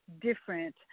different